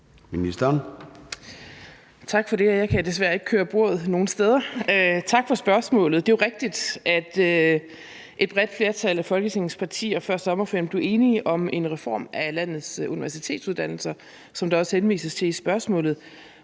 Egelund): Tak for det. Jeg kan desværre ikke indstille højden på talerstolen nogen steder. Tak for spørgsmålet. Det er jo rigtigt, at et bredt flertal af Folketingets partier før sommerferien blev enige om en reform af landets universitetsuddannelser, som der også henvises til i spørgsmålet.